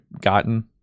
gotten